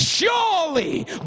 Surely